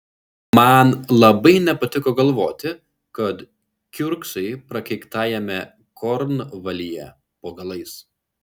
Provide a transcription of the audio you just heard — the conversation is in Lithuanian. man labai nepatiko galvoti kad kiurksai prakeiktajame kornvalyje po galais